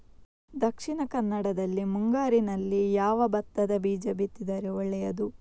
ದಕ್ಷಿಣ ಕನ್ನಡದಲ್ಲಿ ಮುಂಗಾರಿನಲ್ಲಿ ಯಾವ ಭತ್ತದ ಬೀಜ ಬಿತ್ತಿದರೆ ಒಳ್ಳೆಯದು?